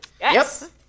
Yes